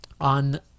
on